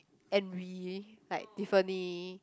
envy like Tiffany